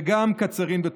וגם קצרין בתוכה.